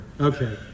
Okay